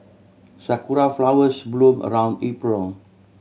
sakura flowers bloom around April